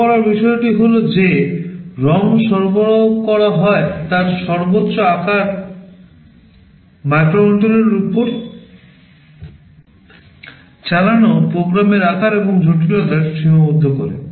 লক্ষ্য করার বিষয়টি হল যে ROM সরবরাহ করা হয় তার সর্বোচ্চ আকারটি মাইক্রোকন্ট্রোলারের উপর চালানো প্রোগ্রামের আকার এবং জটিলতার সীমাবদ্ধ করে